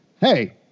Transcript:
Hey